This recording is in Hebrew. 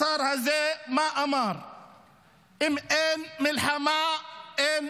השר הזה, מה אמר?